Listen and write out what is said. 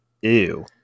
ew